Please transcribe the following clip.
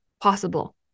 possible